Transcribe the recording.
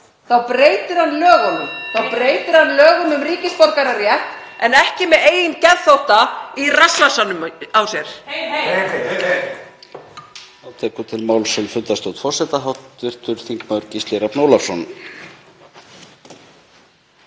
Þá breytir hann lögum um ríkisborgararétt en ekki með eigin geðþótta í rassvasanum á sér.